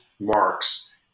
marks